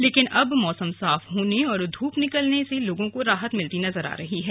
लेकिन अब मौसम साफ होने और धूप निकलने से लोगों को राहत मिलती नजर आ रही है